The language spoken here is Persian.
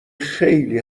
خیلی